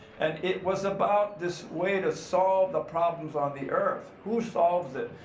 and it was about this way to solve the problems on the earth. who solves it?